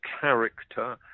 character